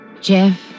Jeff